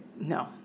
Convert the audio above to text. No